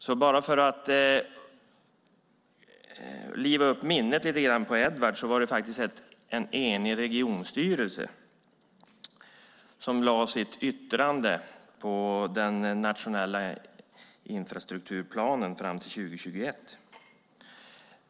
För att liva upp Edwards minne lite vill jag påpeka att det var en enig regionstyrelse som yttrade sig över den nationella infrastrukturplanen fram till 2021.